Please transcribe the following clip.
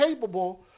capable